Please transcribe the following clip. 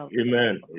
amen